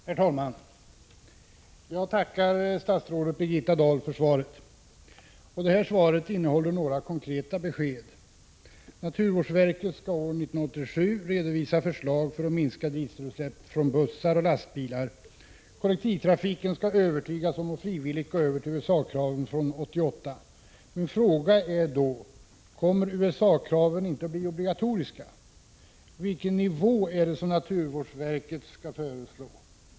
Herr talman! Jag tackar statsrådet Birgitta Dahl för svaret. Svaret innehåller några konkreta besked. Naturvårdsverket skall år 1987 redovisa förslag för att minska dieselutsläpp från bussar och lastbilar. Kollektivtrafiken skall övertygas om att frivilligt gå över till USA-kraven från år 1988. Jag frågar då: Kommer USA-kraven inte att bli obligatoriska? Vilken nivå är det som naturvårdsverket skall föreslå?